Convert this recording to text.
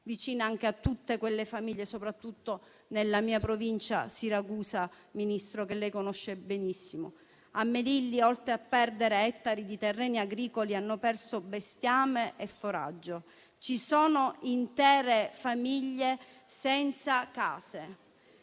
vicini a tutte quelle famiglie, soprattutto della mia Provincia, Siracusa, Ministro, che lei conosce benissimo. A Melilli, oltre a perdere ettari di terreni agricoli, hanno perso bestiame e foraggio; intere famiglie sono senza casa.